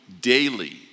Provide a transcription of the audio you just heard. daily